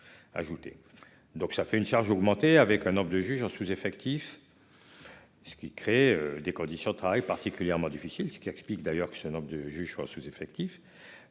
Donc ça fait une charge augmenter avec un nombre de juges en sous-. Effectif. Ce qui crée des conditions de travail particulièrement difficile, ce qui explique d'ailleurs que ce nombre de juges sur sous-effectifs